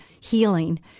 healing